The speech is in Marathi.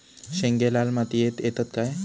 शेंगे लाल मातीयेत येतत काय?